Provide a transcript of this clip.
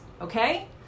Okay